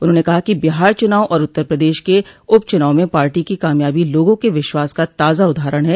उन्होंने कहा कि बिहार चुनाव और उत्तर प्रदेश के उप चूनाव में पार्टी की कामयाबी लोगों के विश्वास का ताजा उदाहरण है